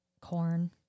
corn